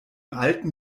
alten